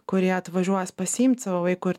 kurie atvažiuos pasiimt savo vaiko ir